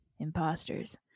imposters